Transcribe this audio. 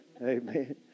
Amen